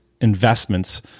investments